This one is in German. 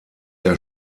der